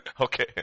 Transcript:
Okay